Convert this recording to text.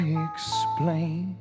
explain